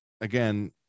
Again